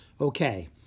Okay